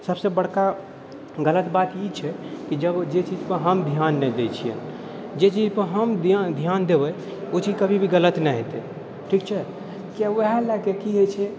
सबसँ बड़का गलत बात ई छै कि जब जे चीजपर हम धिआन नहि दै छिए जे चीजपर हम धिआन देबै ओ चीज कभी भी गलत नहि हेतै ठीक छै कियाकि वएह लऽ कऽ कि होइ छै